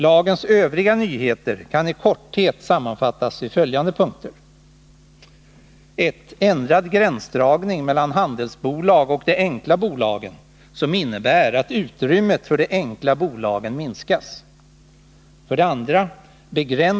Lagens övriga nyheter kan i korthet sammanfattas i följande punkter: 3.